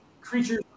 creatures